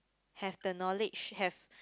have the knowledge have